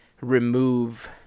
remove